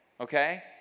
Okay